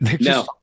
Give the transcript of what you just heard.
No